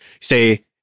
say